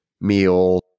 meal